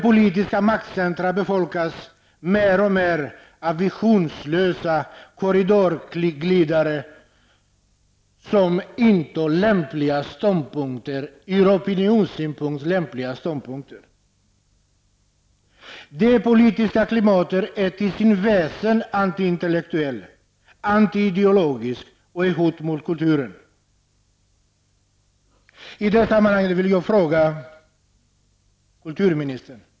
Politiska maktcentra befolkas mer och mer av visionslösa ''korridorglidare'', som intar ur opinionssynpunkt lämpliga ståndpunkter. Det politiska klimatet är till sitt väsen antiintellektuellt, antiideologiskt och ett hot mot kulturen.